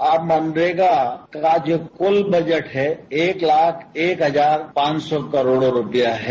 अब मनरेगा का जो कुल बजट है एक लाख एक हजार पांच सौ करोड़ रुपया है